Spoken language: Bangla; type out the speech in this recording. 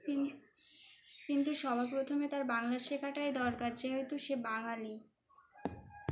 কিন কিন্তু সবার প্র্রথমে তার বাংলা শেখাটাই দরকার যেহেতু সে বাঙালি